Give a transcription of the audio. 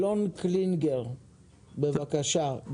אלון קנינגר, בבקשה.